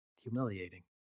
Humiliating